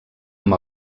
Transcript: amb